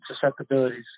susceptibilities